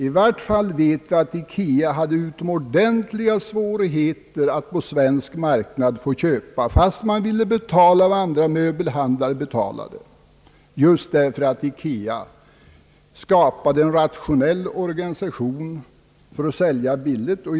I varje fall vet jag att IKEA hade utomordentliga svårigheter att få köpa på den svenska marknaden — fastän man ville betala vad andra möbelhandlare betalade — just därför att IKEA skapade en rationell organisation för att sälja billigare.